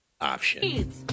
option